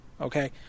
okay